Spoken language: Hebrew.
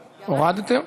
הורדתם?